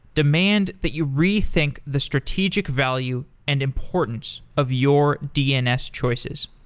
demand that you rethink the strategic value and importance of your dns choices.